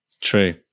True